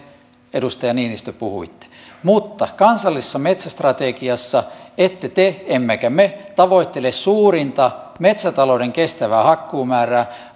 edustaja niinistö puhuitte mutta kansallisessa metsästrategiassa ette te emmekä me tavoittele suurinta metsätalouden kestävää hakkuumäärää